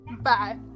Bye